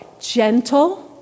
gentle